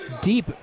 deep